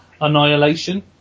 Annihilation